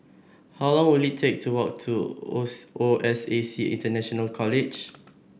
how long will it take to walk to O S A C International College